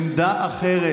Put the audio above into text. עמדה אחרת